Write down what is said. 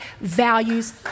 values